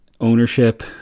ownership